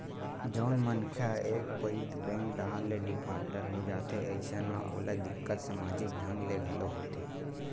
जउन मनखे ह एक पइत बेंक डाहर ले डिफाल्टर हो जाथे अइसन म ओला दिक्कत समाजिक ढंग ले घलो होथे